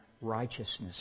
righteousness